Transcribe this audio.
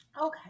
Okay